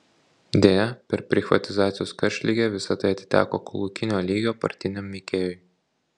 deja per prichvatizacijos karštligę visa tai atiteko kolūkinio lygio partiniam veikėjui